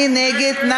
מי נגד?